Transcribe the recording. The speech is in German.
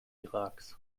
iraks